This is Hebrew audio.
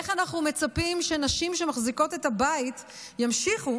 איך אנחנו מצפים שנשים שמחזיקות את הבית ימשיכו